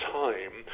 time